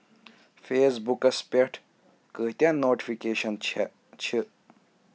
face بُکََس پٮ۪ٹھ کٲتیٛاہ نوٹِفِکیشن چھَ